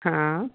हा